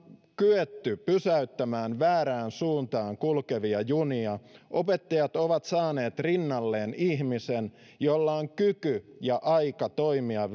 kyetty pysäyttämään väärään suuntaan kulkevia junia opettajat ovat saaneet rinnalleen ihmisen jolla on kyky ja aika toimia